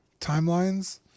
timelines